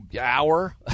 hour